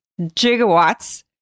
gigawatts